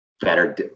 better